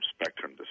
spectrum